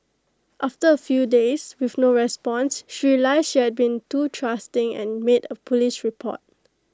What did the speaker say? after A few days with no response she realised she had been too trusting and made A Police report